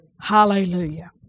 Hallelujah